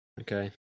Okay